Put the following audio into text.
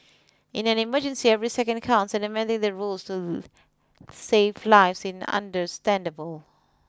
in an emergency every second counts and amending the rules save lives in understandable